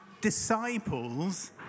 disciples